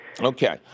Okay